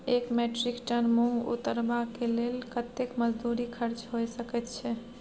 एक metric ton मूंग उतरबा के लेल कतेक मजदूरी खर्च होय सकेत छै?